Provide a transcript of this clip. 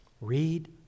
Read